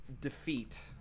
defeat